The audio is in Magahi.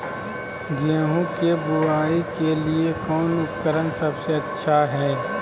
गेहूं के बुआई के लिए कौन उपकरण सबसे अच्छा है?